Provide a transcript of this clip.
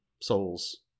souls